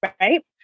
right